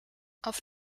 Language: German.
auf